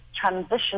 transition